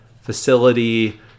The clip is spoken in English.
facility